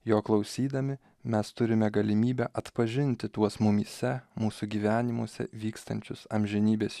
jo klausydami mes turime galimybę atpažinti tuos mumyse mūsų gyvenimuose vykstančius amžinybės